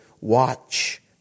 watch